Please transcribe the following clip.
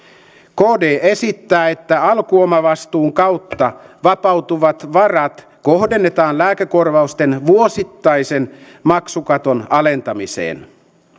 kd esittää että alkuomavastuun kautta vapautuvat varat kohdennetaan lääkekorvausten vuosittaisen maksukaton alentamiseen